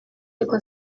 y’uko